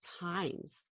times